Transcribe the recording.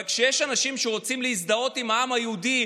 אבל כשיש אנשים שרוצים להזדהות עם העם היהודי,